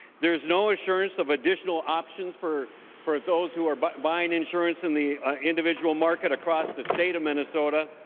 there's no assurance of additional options for for those who are but buying insurance in the individual market across the state of minnesota.